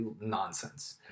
nonsense